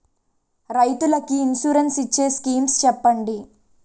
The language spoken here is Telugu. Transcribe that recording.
రైతులు కి ఇన్సురెన్స్ ఇచ్చే స్కీమ్స్ చెప్పండి?